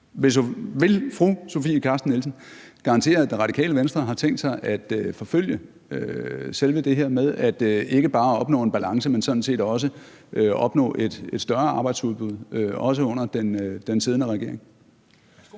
osv., men vil fru Sofie Carsten Nielsen garantere, at Det Radikale Venstre har tænkt sig at forfølge selve det her med ikke bare at opnå en balance, men sådan set også opnå et større arbejdsudbud, også under den siddende regering?